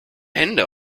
hände